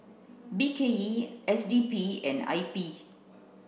B K E S D P and I P